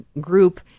group